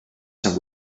some